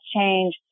change